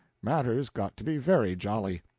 matters got to be very jolly.